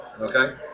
okay